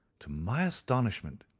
to my astonishment,